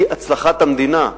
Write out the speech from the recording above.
היא הצלחת המדינה.